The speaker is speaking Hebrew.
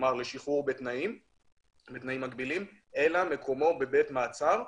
כלומר לשחרור בתנאים מגבילים אלא מקומו בבית מעצר.